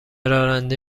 راننده